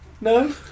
No